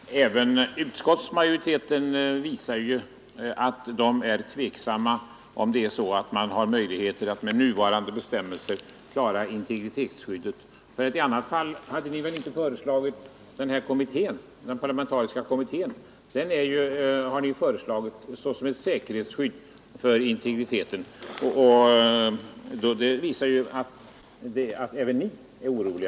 Herr talman! Även utskottsmajoriteten visar sin tveksamhet beträffande möjligheterna att med nuvarande bestämmelser klara av integritetsskyddet. I annat fall hade ni väl inte föreslagit den parlamentariska nämnden. Den har ni ju föreslagit såsom ett säkerhetsskydd för integriteten, och det visar ju att även ni är oroliga.